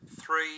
Three